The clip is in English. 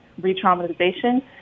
re-traumatization